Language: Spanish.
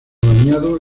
dañado